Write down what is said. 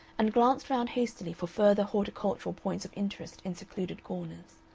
and glanced round hastily for further horticultural points of interest in secluded corners.